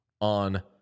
on